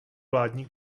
vládní